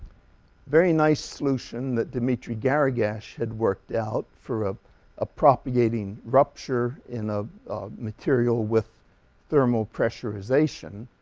very nice solution that dmitri garagash had worked out for a propagating rupture in a material with thermal pressurization.